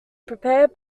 prepared